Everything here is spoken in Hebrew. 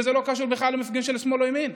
וזה לא קשור בכלל למפגינים של שמאל או ימין.